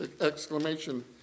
exclamation